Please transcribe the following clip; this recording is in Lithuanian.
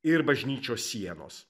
ir bažnyčios sienos